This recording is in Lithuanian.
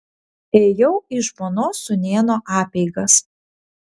ėjau į žmonos sūnėno apeigas